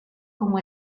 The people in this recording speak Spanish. como